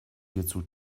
hierzu